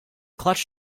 clutch